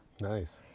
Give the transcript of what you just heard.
Nice